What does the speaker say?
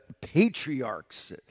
patriarchs